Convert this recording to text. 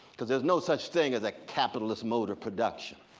because there's no such thing as a capitalist mode of production.